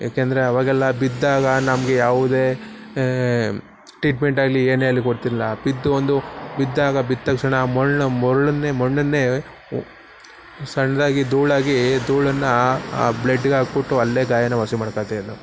ಯಾಕೆಂದರೆ ಆವಾಗೆಲ್ಲ ಬಿದ್ದಾಗ ನಮಗೆ ಯಾವುದೇ ಟ್ರೀಟ್ಮೆಂಟ್ ಆಗಲಿ ಏನೇ ಆಗಲಿ ಗೊತ್ತಿರಲ್ಲ ಬಿದ್ದು ಒಂದು ಬಿದ್ದಾಗ ಬಿದ್ದ ತಕ್ಷಣ ಆ ಮರ್ಳು ಮರುಳನ್ನೇ ಮಣ್ಣನ್ನೇ ಸಣ್ಣದಾಗಿ ಧೂಳಾಗಿ ಧೂಳನ್ನು ಆ ಬ್ಲಡ್ಡಿಗಾಕಿಬಿಟ್ಟು ಅಲ್ಲಿಯೇ ಗಾಯನ ವಾಸಿ ಮಾಡ್ಕೊಳ್ತಾಯಿದ್ದೋ